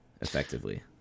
effectively